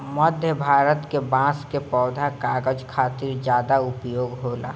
मध्य भारत के बांस कअ पौधा कागज खातिर ज्यादा उपयोग होला